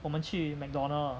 我们去 McDonald